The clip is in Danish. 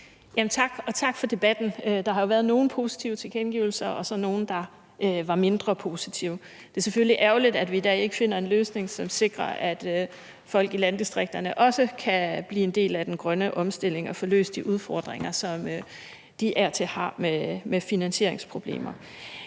tak for debatten. Der har jo været nogle positive tilkendegivelser og så nogle, der var mindre positive. Det er selvfølgelig ærgerligt, at vi i dag ikke finder en løsning, som sikrer, at folk i landdistrikterne også kan blive en del af den grønne omstilling og få løst de udfordringer, som de af og til har med finansieringsproblemer.